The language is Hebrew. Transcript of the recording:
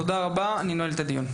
תודה רבה, אני נועל את הדיון.